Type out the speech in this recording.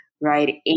right